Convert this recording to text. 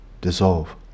dissolve